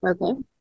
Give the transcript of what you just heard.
Okay